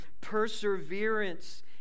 perseverance